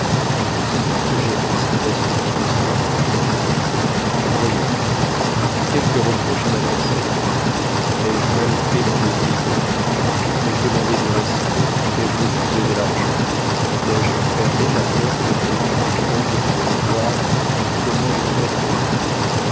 savez-vous que jadis nous respections ces parents là voyons as-tu quelques reproches à m'adresser ai-je mal fait mon métier d'oncle t'ai-je demandé du respect t'ai-je refusé de l'argent t'ai-je fermé la porte au nez en prétendant que tu venais voir comment je me portais